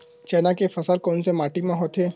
चना के फसल कोन से माटी मा होथे?